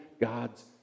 God's